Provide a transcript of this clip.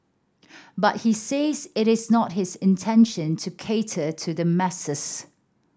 but he says it is not his intention to cater to the masses